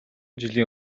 жилийн